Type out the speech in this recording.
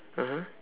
mmhmm